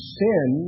sin